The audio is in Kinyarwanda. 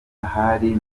hari